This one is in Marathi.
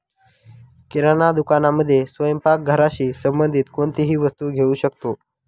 किराणा दुकानामध्ये स्वयंपाक घराशी संबंधित कोणतीही वस्तू घेऊ शकतो